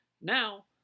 Now